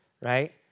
right